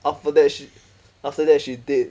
after that she after that she date